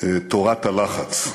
תורת הלחץ.